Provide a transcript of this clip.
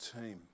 team